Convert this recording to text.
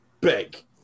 big